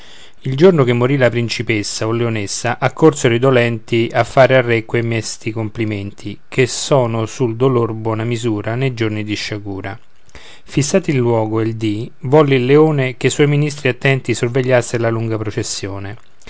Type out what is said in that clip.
il giorno che morì la principessa o leonessa accorsero i dolenti a far al re quei mesti complimenti che sono sul dolor buonamisura nei giorni di sciagura fissato il luogo e il dì volle il leone che i suoi ministri attenti sorvegliasser la lunga processione